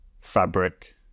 fabric